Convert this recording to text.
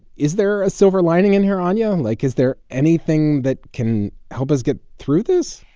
is there a silver lining in here, anya? like, is there anything that can help us get through this?